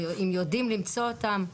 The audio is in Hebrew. והם יודעים למצוא אותם,